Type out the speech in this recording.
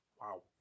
Wow